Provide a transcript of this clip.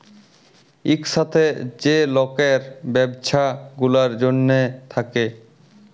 ইকসাথে যে লকের ব্যবছা গুলার জ্যনহে থ্যাকে